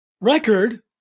record